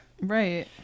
Right